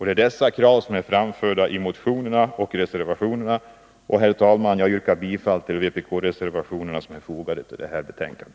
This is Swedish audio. Det är dessa krav som är framförda i motionerna och reservationerna från vpk. Herr talman! Jag yrkar bifall till vpk-reservationerna som är fogade vid Nr 43